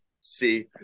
See